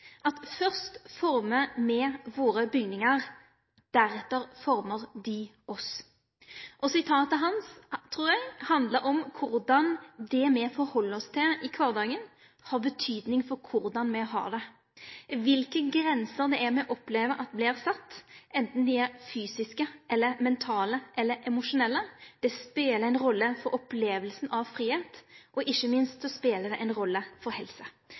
former vi våre bygninger. Deretter former de oss.» Sitatet trur eg handlar om korleis det me møter i kvardagen, har betydning for korleis me har det. Kva grenser me opplever vert sette – anten dei er fysiske, mentale eller emosjonelle – spelar ei rolle for opplevinga av fridom, og ikkje minst spelar det ei rolle for helse.